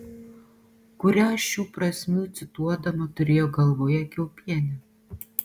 kurią šių prasmių cituodama turėjo galvoje kiaupienė